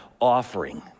offering